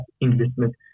investment